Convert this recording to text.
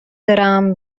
دارم